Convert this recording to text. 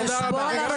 תודה רבה.